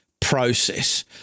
process